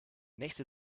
nächste